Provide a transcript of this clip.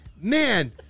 Man